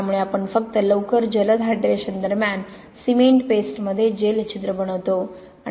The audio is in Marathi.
त्यामुळे आपण फक्त लवकर जलद हायड्रेशन दरम्यान सिमेंट पेस्टमध्ये जेल छिद्र बनवतो